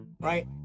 right